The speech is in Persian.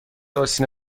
آستین